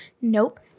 Nope